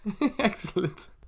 Excellent